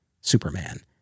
Superman